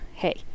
hey